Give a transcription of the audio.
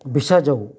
भिषजौ